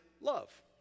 love